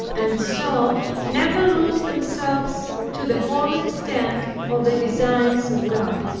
and so never lose themselves to the whole extent of the designs of god.